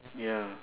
ya